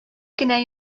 кенә